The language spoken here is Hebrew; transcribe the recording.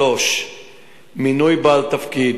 3. מינוי בעל תפקיד,